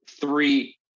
three